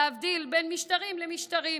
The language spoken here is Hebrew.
להבדיל בין משטרים למשטרים